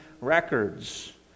records